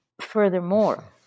Furthermore